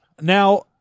Now